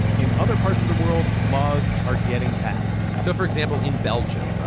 in other parts of the world, laws are getting passed so for example, in belgium,